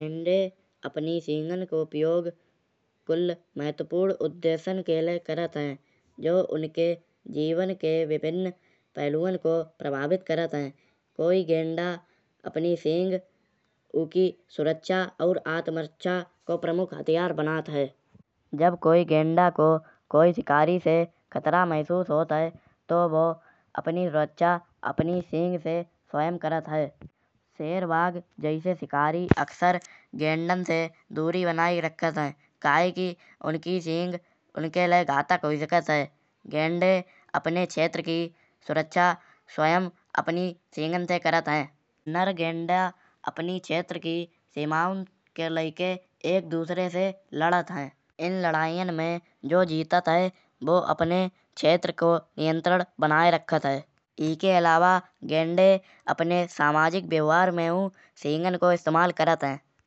गेन्डे अपनी सींगन को उपयोग कूल महत्वपूर्ण उद्देश्यान के ल्यैक करत हे। जो उन्के जीवन के विभिन्न पहलुआन को प्रभावित करत हे। कोई गेन्डा अपनी सींग उकी सुरक्षा अउर आत्मरक्षा को प्रमुख हथियार बनात हे। जब कोई गेन्डा को कोई शिकारी से खतरा महसूस होत हे। तो वो अपनी सुरक्षा अपनी सींग से स्वयं करत हे। शेर बाघ जैसे शिकारी अक्सर गेन्डन से दूरी बनाये रखत हे। क्युंकी उन्की सींग उन्के ल्यैक घातक हुई सकत हे। गेन्डे अपने क्षेत्र की सुरक्षा स्वयं अपनी सींगन से करत हे। नर गेन्डा अपनी क्षेत्र की सीमाँ के ल्यैक एक दूसरे से लड़त हे। इन लड़ाइयाँ में जो जीतात हे वो अपने क्षेत्र को नियंत्रण बनाये रखत हे। इके अलावा गेन्डे अपने सामाजिक व्यवहार में सींगन को इस्तेमाल करत हे।